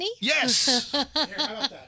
Yes